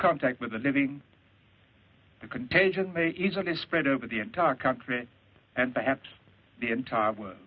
contact with the navy the contagion may easily spread over the entire country and perhaps the entire